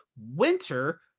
winter